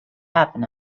happen